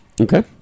Okay